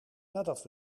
nadat